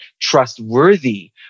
trustworthy